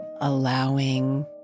Allowing